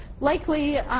likely